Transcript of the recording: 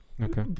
Okay